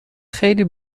خیلی